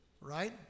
right